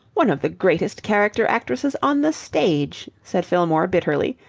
one of the greatest character actresses on the stage, said fillmore bitterly,